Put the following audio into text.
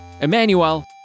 Emmanuel